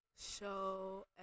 show